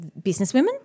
businesswomen